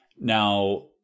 now